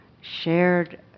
shared